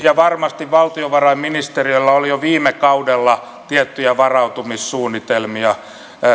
ja varmasti valtiovarainministeriöllä oli jo viime kaudella tiettyjä varautumissuunnitelmia